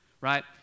right